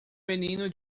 menino